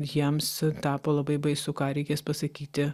jiems tapo labai baisu ką reikės pasakyti